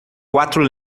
quatro